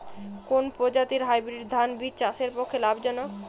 কোন প্রজাতীর হাইব্রিড ধান বীজ চাষের পক্ষে লাভজনক?